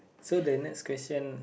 so the next question